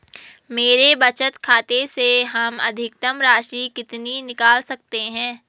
मेरे बचत खाते से हम अधिकतम राशि कितनी निकाल सकते हैं?